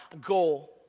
goal